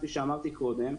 כפי שאמרתי קודם,